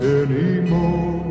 anymore